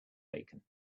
bacon